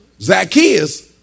Zacchaeus